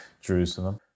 jerusalem